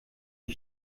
die